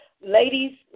Ladies